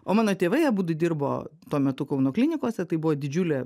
o mano tėvai abudu dirbo tuo metu kauno klinikose tai buvo didžiulė